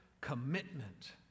commitment